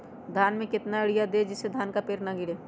धान में कितना यूरिया दे जिससे धान का पेड़ ना गिरे?